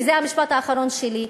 וזה המשפט האחרון שלי,